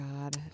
God